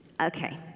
Okay